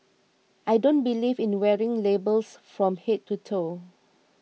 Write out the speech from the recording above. I don't believe in wearing labels from head to toe